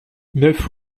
neuf